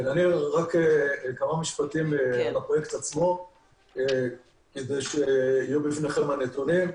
אגיד רק כמה משפטים על הפרויקט עצמו כדי שיהיו בפניכם הנתונים.